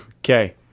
Okay